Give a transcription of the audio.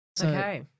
Okay